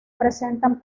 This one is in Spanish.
presentan